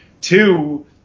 two